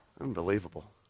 unbelievable